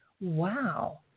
wow